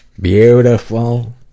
Beautiful